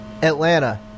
Atlanta